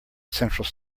central